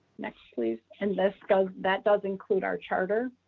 next please and this goes, that does include our charter.